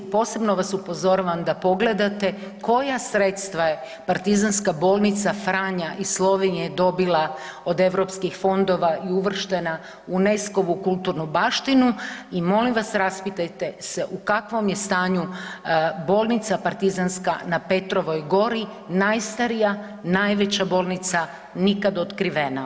Posebno vas upozoravam da pogledate koja sredstava je Partizanska bolnica Franja iz Slovinje dobila od EU fondova i uvrštena u UNESCO-ovu kulturnu baštinu i molim vas, raspitajte se u kakvom je stanju bolnica partizanska na Petrovoj Gori, najstarija, najveća bolnica nikad otkrivena.